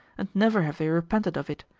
and never have they repented of it.